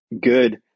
good